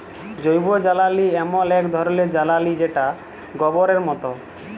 জৈবজ্বালালি এমল এক ধরলের জ্বালালিযেটা গবরের মত